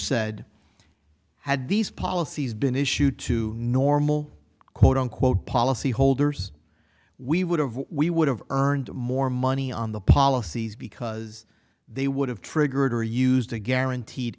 said had these policies been issued to normal quote unquote policy holders we would have we would have earned more money on the policies because they would have triggered or used a guaranteed